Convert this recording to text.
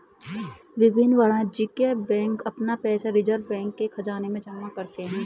विभिन्न वाणिज्यिक बैंक अपना पैसा रिज़र्व बैंक के ख़ज़ाने में जमा करते हैं